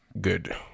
good